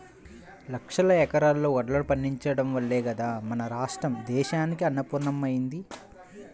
లక్షల ఎకరాల్లో వడ్లు పండించడం వల్లే గదా మన రాష్ట్రం దేశానికే అన్నపూర్ణమ్మ అయ్యింది